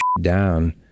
down